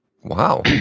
Wow